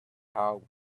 house